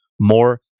more